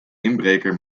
inbreker